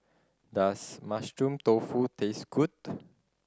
does Mushroom Tofu taste good